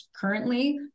currently